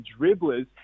dribblers